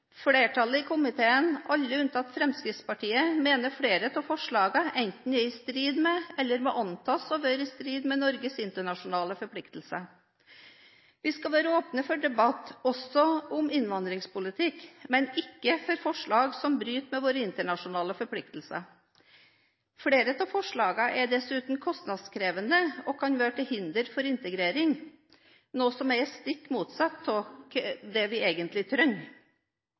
Flertallet i komiteen, alle unntatt Fremskrittspartiet, mener flere av forslagene enten er i strid med – eller må antas å være i strid med – Norges internasjonale forpliktelser. Vi skal være åpne for debatt også om innvandringspolitikk, men ikke for forslag som bryter med våre internasjonale forpliktelser. Flere av forslagene er dessuten kostnadskrevende og kan være til hinder for integrering, noe som er det stikk motsatte av hva vi egentlig trenger.